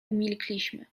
umilkliśmy